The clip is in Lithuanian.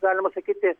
galima sakyti